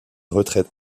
retraite